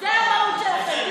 זו המהות שלכם.